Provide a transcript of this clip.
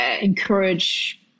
encourage